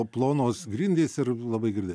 plonos grindys ir labai girdi